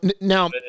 now –